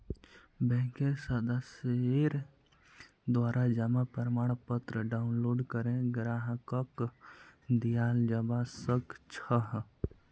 बैंकेर सदस्येर द्वारा जमा प्रमाणपत्र डाउनलोड करे ग्राहकक दियाल जबा सक छह